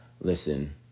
listen